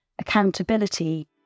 accountability